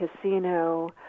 casino